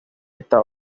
está